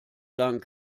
lang